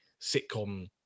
sitcom